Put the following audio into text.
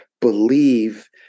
believe